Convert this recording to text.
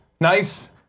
Nice